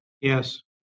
Yes